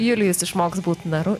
julijus išmoks būt naru